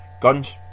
guns